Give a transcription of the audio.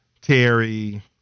Terry